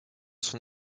son